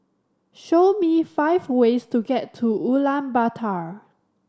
show me five ways to get to Ulaanbaatar